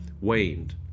waned